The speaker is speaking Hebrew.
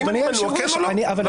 האם הכנסת מנועה לקבל את